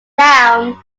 down